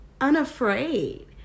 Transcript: Unafraid